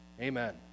Amen